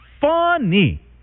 Funny